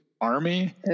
Army